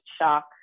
shock